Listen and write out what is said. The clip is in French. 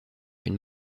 une